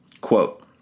Quote